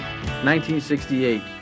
1968